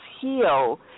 heal